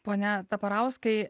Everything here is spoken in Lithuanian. pone taparauskai